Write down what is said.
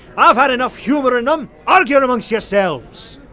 i've had enough humoring them. argue amongst yourselves!